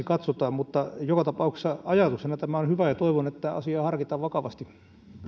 katsotaan joka tapauksessa ajatuksena tämä on hyvä ja toivon että asiaa harkitaan vakavasti